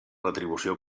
retribució